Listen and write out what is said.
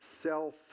self